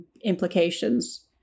implications